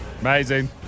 Amazing